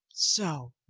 so.